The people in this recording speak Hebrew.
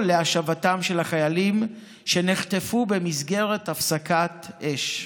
להשבתם של החיילים שנחטפו במסגרת הפסקת אש.